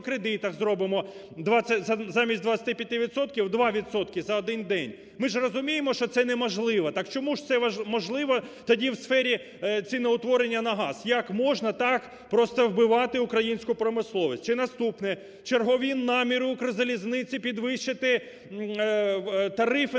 кредитах зробимо замість 25 відсотків, 2 відсотки за один день. Ми ж розуміємо, що це неможливо, так чому ж це можливо тоді у сфері ціноутворення на газ? Як можна так, просто вбивати українську промисловість? Чи наступне, чергові наміри "Укрзалізниці" підвищити тарифи